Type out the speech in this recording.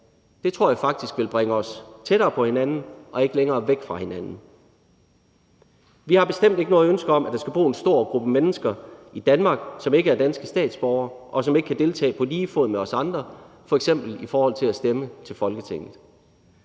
Det tror jeg faktisk vil bringe os tættere på hinanden og ikke længere væk fra hinanden. Vi har bestemt ikke noget ønske om, at der skal bo en stor gruppe mennesker i Danmark, som ikke er danske statsborgere, og som ikke kan deltage på lige fod med os andre f.eks. i forhold til at stemme til Folketinget.